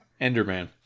Enderman